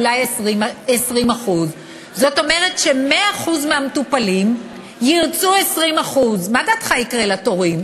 אולי 20%. זאת אומרת ש-100% המטופלים ירצו 20%. מה לדעתך יקרה לתורים?